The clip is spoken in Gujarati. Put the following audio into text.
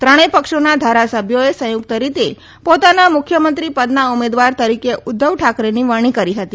ત્રણે પક્ષોના ધારાસભ્યોએ સંયુક્ત રીતે પોતાના મુખ્યમંત્રી પદના ઉમેદવાર તરીકે ઉદ્વવ ઠાકરેની વરણી કરી હતી